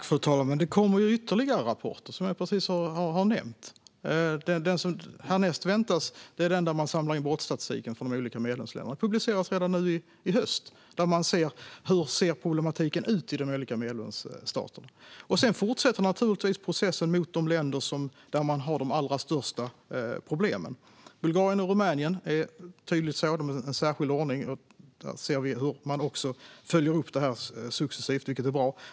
Fru ålderspresident! Det kommer ju ytterligare rapporter, vilket jag precis har nämnt. Den som väntas härnäst är den där man samlar in brottsstatistiken från de olika medlemsländerna. Den publiceras redan nu i höst, och där ser man hur problematiken ser ut i de olika medlemsstaterna. Sedan fortsätter naturligtvis processen mot de länder där man har de allra största problemen. Bulgarien och Rumänien är tydliga sådana, och där ser vi en särskild ordning. Vi ser också hur man följer upp detta successivt, vilket är bra.